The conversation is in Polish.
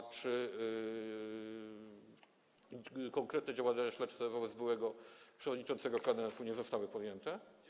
A czy konkretne działania śledcze wobec byłego przewodniczącego KNF-u nie zostały podjęte?